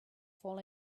fall